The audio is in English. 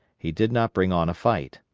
he did not bring on fight.